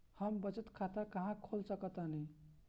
हम बचत खाता कहां खोल सकतानी?